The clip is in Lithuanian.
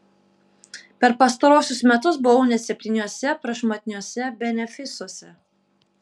per pastaruosius metus buvau net septyniuose prašmatniuose benefisuose